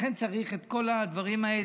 לכן צריך את כל הדברים האלה.